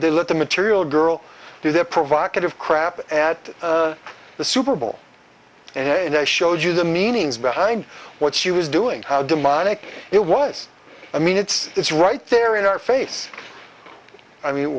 they let the material girl do their provocative crap at the super bowl and i showed you the meanings behind what she was doing how demonic it was i mean it's it's right there in our face i mean